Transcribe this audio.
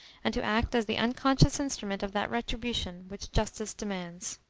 and to act as the unconscious instrument of that retribution which justice demands.